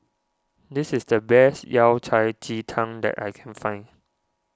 this is the best Yao Cai Ji Tang that I can find